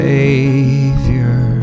Savior